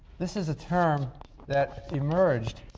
this is a term that emerged